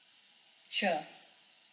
sure